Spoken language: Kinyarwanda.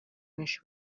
benshi